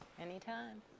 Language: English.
Anytime